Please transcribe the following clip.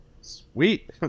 sweet